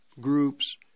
groups